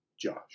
Josh